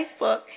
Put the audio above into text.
Facebook